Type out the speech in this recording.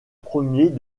premiers